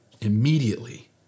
Immediately